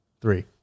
Three